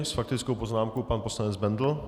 S faktickou poznámkou pan poslanec Bendl.